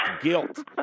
guilt